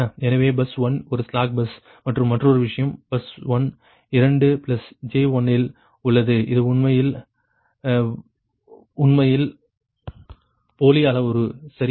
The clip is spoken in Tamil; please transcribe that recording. எனவே பஸ் 1 இது ஸ்லாக் பஸ் மற்றும் மற்றொரு விஷயம் பஸ் 1 2 j1 இல் உள்ளது இது உண்மையில் போலி அளவுரு சரியா